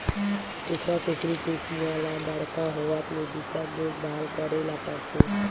कुकरा कुकरी के चीया ल बड़का होवत ले बिकट देखभाल करे ल परथे